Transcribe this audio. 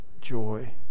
joy